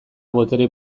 botere